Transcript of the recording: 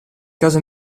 casa